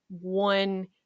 one